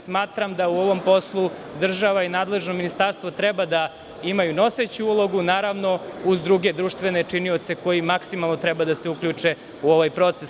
Smatram da u ovom poslu država i nadležno ministarstvo treba da imaju noseću ulogu, naravno, uz druge društvene činioce koji maksimalno trebaju da se uključe u ovaj proces.